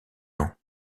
ans